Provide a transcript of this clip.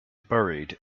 buried